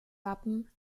wappen